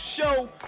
Show